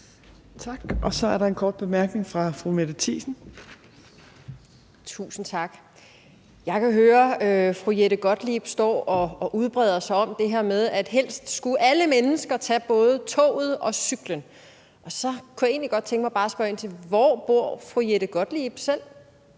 Tak, og så er der en kort bemærkning fra fru Mette Thiesen. Kl. 14:07 Mette Thiesen (NB): Tusind tak. Jeg kan høre, at fru Jette Gottlieb står og udbreder sig om det her med, at helst skulle alle mennesker tage både toget og cyklen. Så kunne jeg egentlig bare godt tænke mig at spørge ind til: Hvor bor fru Jette Gottlieb selv?